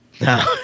No